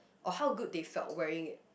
or how good they felt wearing it